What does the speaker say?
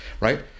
right